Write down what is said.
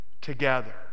together